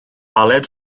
aled